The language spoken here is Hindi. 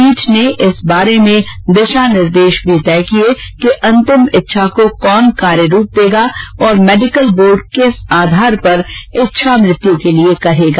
पीठ ने इस बारे में दिशा निर्देश भी तय किये कि अंतिम इच्छा को कौन कार्य रूप देगा और मेडिकल बोर्ड किस आधार पर इच्छा मृत्यु के लिए कहेगा